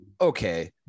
Okay